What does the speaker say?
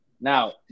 Now